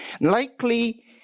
Likely